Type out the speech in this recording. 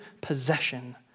possession